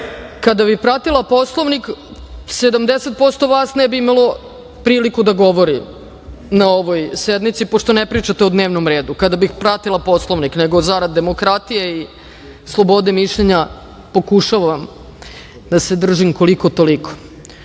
Kada bi pratila Poslovnik, 70% vas ne bi imalo priliku da govori na ovoj sednici, pošto ne pričate o dnevnom redu, nego zarad demokratije i slobode mišljenje pokušavam da se držim koliko toliko.